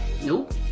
Nope